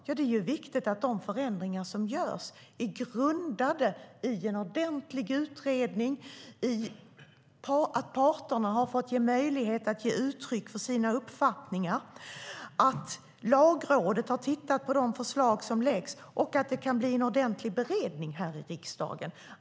Ja, det är viktigt att de förändringar som görs är grundande i en ordentlig utredning, att parterna har fått möjlighet att ge uttryck för sina uppfattningar, att Lagrådet har tittat på de förslag som läggs fram och att det kan bli en ordentlig beredning här i riksdagen.